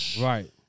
Right